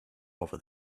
over